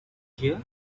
here